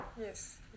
Yes